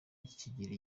kigira